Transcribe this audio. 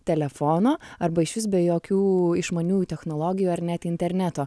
telefono arba išvis be jokių išmaniųjų technologijų ar net interneto